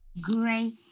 great